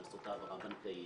לעשות העברה בנקאית,